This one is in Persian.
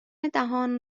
دهان